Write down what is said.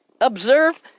observe